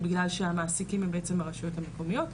בגלל שהמעסיקים הם בעצם הרשויות המקומיות,